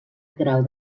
grau